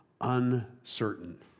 uncertain